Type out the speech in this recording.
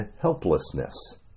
helplessness